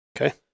Okay